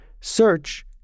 Search